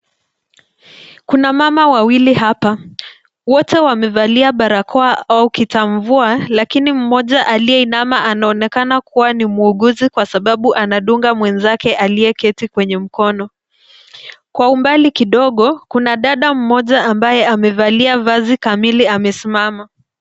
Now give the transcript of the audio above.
Kuna mama wawili hapa, wote wamevalia barakoa au kitamvua lakini mmoja aliyeinama anaonekana kuwa ni muuguzi kwa sababu anadunga mwenzake aliyeketi kwenye mkono. Kwa umbali kidogo kuna dada mmoja ambaye amevalia vazi kamili amesimama.